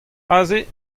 aze